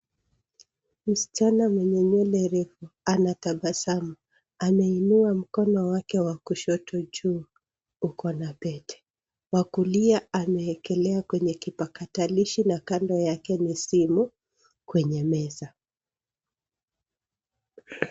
Msichana mwenye nywele refu anatabasamu. Ameinua mkono wake wa kushoto juu, uko na pete. Wa kulia ameekelea kwenye kipakatalishi na kando yake ni simu kwenye meza.